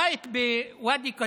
הבית בוואדי קדום,